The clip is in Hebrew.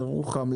ירוחם,